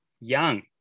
young